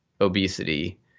obesity